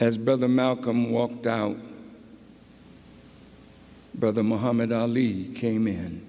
as brother malcolm walked out brother mohammad ali came